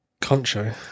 Concho